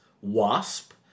Wasp